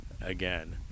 again